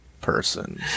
person